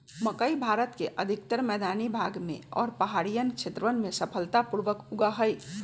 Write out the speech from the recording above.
मकई भारत के अधिकतर मैदानी भाग में और पहाड़ियन क्षेत्रवन में सफलता पूर्वक उगा हई